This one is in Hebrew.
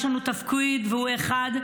יש לנו תפקיד והוא אחד,